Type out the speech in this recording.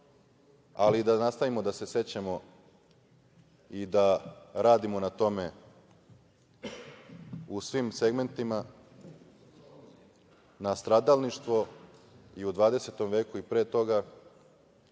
ali da nastavimo da se sećamo i da radimo na tome u svim segmentima na stradalništvo i u 20. veku i pre toga